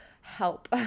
help